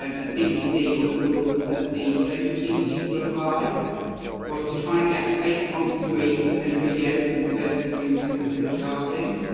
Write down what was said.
um at the bbc, one of the rules that the social teams used to apply was to try and get a face on screen within a video within the first three seconds of it starting.